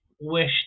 wish